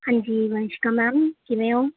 ਹਾਂਜੀ ਵੰਸ਼ਿਕਾ ਮੈਮ ਕਿਵੇਂ ਹੋ